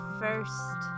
first